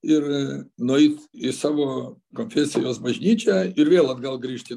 ir nueit į savo konfesijos bažnyčią ir vėl atgal grįžt į